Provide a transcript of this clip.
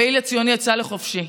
הפעיל הציוני יצא לחופשי.